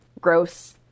gross